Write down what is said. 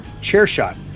CHAIRSHOT